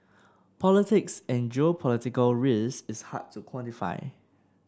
politics and geopolitical risk is hard to quantify